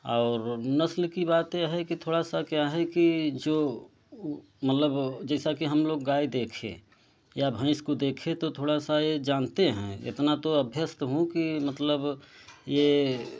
और नस्ल कि बात यह है कि थोड़ा सा क्या है कि जो मतलब जैसा कि हम लोग गाय देखें या भैंस को देखें तो थोड़ा सा यह जानते हैं इतना तो अभ्यस्त हूँ कि मतलब यह